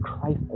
Christ